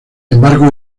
embargo